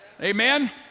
Amen